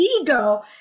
ego